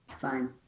Fine